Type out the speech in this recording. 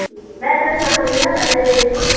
ம் வேறு எதாவது சாப்புடுறீங்களா வேறு எதாவது வேணுமா